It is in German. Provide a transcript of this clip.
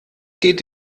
geht